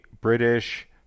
British